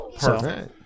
Perfect